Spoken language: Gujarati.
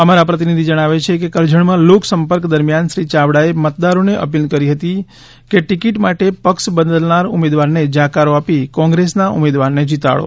અમારા પ્રતિનિધિ જણાવે છે કે કરજણમાં લોક સંપર્ક દરમ્યાન શ્રી યાવડા એ મતદારોને અપીલ કરી હતી કે ટિકિટ માટે પક્ષ બદલનાર ઉમેદવારને જાકારો આપી કોંગ્રેસના ઉમેદવારને જીતાડો